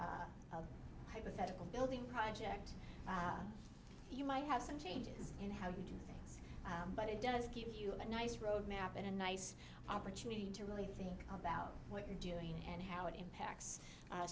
other hypothetical building project you might have some changes in how you do things but it does give you a nice roadmap and a nice opportunity to really think about what you're doing and how it impacts